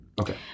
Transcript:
Okay